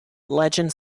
legend